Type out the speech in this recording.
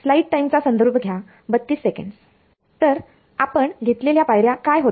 तर आपण घेतलेल्या पायऱ्या काय होत्या